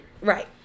Right